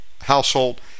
household